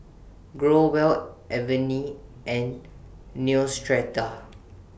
Growell Avene and Neostrata